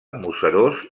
museros